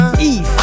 Eve